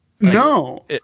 no